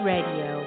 Radio